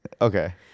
Okay